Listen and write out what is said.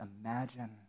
imagine